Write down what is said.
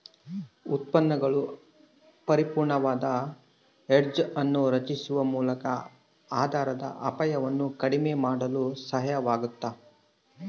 ಉತ್ಪನ್ನಗಳು ಪರಿಪೂರ್ಣವಾದ ಹೆಡ್ಜ್ ಅನ್ನು ರಚಿಸುವ ಮೂಲಕ ಆಧಾರದ ಅಪಾಯವನ್ನು ಕಡಿಮೆ ಮಾಡಲು ಸಹಾಯವಾಗತದ